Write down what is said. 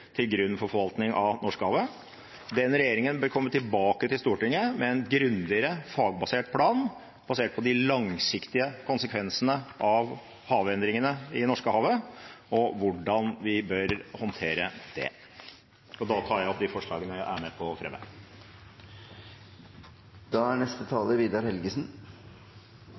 til grunn for forvaltning av Norskehavet. Den regjeringen bør komme tilbake til Stortinget med en grundigere, fagbasert plan basert på de langsiktige konsekvensene av havendringene i Norskehavet, og hvordan vi bør håndtere det. I forrige uke ble det skrevet havhistorie i New York, da FN arrangerte sin første store havmiljøkonferanse. Det er